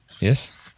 Yes